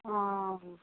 हँ